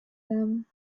them